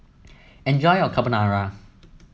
enjoy your Carbonara